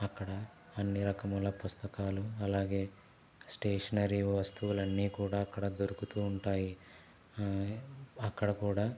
అక్కడ అన్ని రకముల పుస్తకాలు అలాగే స్టేషనరీ వస్తువులన్నీ కూడా అక్కడ దొరుకుతూ ఉంటాయి అక్కడ కూడా